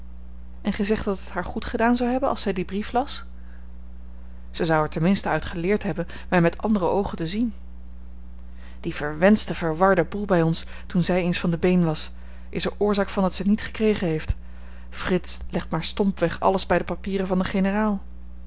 en gij zegt dat het haar goed gedaan zou hebben als zij dien brief las zij zou er ten minste uit geleerd hebben mij met andere oogen te zien die verwenschte verwarde boel bij ons toen zij eens van de been was is er oorzaak van dat zij t niet gekregen heeft frits legt maar stompweg alles bij de papieren van den generaal